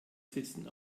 sitzen